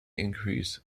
increase